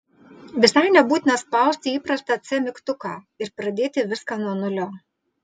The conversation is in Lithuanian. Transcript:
visai nebūtina spausti įprastą c mygtuką ir pradėti viską nuo nulio